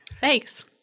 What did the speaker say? Thanks